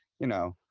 you know,